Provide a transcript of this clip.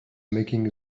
making